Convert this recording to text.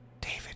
David